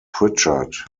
prichard